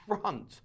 front